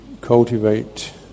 cultivate